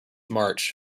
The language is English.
march